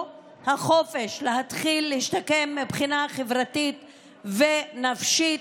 החופש להתחיל להשתקם מבחינה חברתית ונפשית,